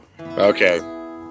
Okay